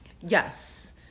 Yes